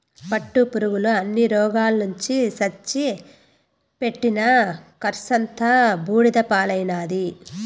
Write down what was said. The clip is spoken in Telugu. పట్టుపురుగుల అన్ని రోగాలొచ్చి సచ్చి పెట్టిన కర్సంతా బూడిద పాలైనాది